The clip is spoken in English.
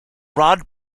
rod